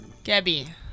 Gabby